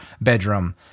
bedroom